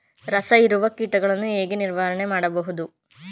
ರಸ ಹೀರುವ ಕೀಟಗಳನ್ನು ಹೇಗೆ ನಿರ್ವಹಣೆ ಮಾಡಬಹುದು?